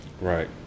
Right